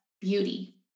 beauty